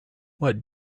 what